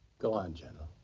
go on, general.